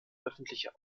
öffentliche